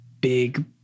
big